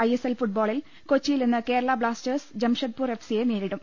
ISL ഫുട്ബോളിൽ കൊച്ചിയിൽ ഇന്ന് കേരളാ ബ്ലാസ്റ്റേഴ്സ് ജംഷധ്പൂർ എഫ്സിയെ നേരിടും